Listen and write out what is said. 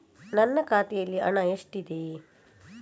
ನನ್ನ ಖಾತೆಯಲ್ಲಿ ಹಣ ಎಷ್ಟಿದೆ?